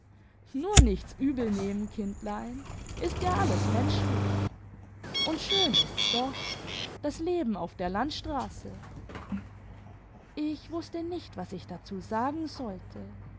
nur nichts übel nehmen kindlein ist ja alles menschlich und schön ist's doch das leben auf der landstraße ich wußte nicht was ich dazu sagen sollte